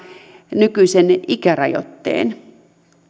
nykyisen ikärajoitteen